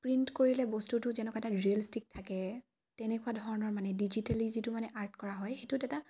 print কৰিলে বস্তুটো যেনেকুৱা এটা ৰিলচষ্টিক থাকে তেনেকুৱা ধৰণৰ মানে ডিজিটেলি যিটো মানে আৰ্ট কৰা হয় সেইটো এটা